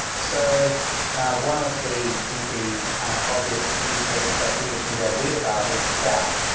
so one of the the obvious use cases that people can go read about is gap,